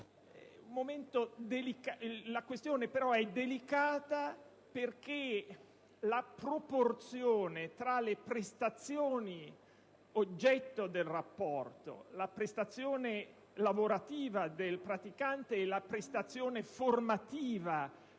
La questione, però, è delicata perché la proporzione tra le prestazioni oggetto del rapporto (la prestazione lavorativa del praticante e la prestazione formativa dell'avvocato